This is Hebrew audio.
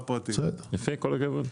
יפה, כל הכבוד.